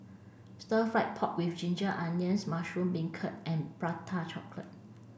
stir fry pork with ginger onions mushroom beancurd and prata chocolate